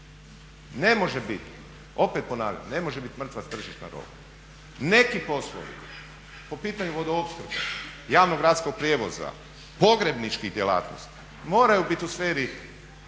Ne može bit. Opet ponavljam, ne može bit mrtvac tržišna roba. Neki poslovi po pitanju vodoopskrbe, javnog gradskog prijevoza, pogrebničkih djelatnosti moraju bit u sferi